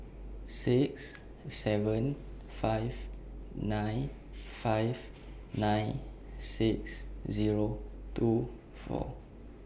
six seven five nine five nine six Zero two four